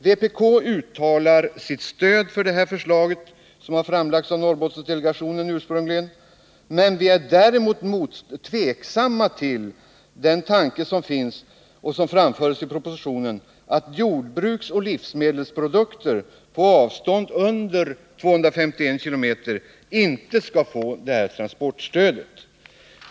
Vpk uttalar sitt stöd för det här förslaget, som ursprungligen framlades av Norrbottendelegationen, men vi är däremot tveksamma till den tanke som framförs i propositionen att jordbruksoch livsmedelsprodukter på avstånd under 251 km inte skall kunna få transportstöd.